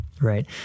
Right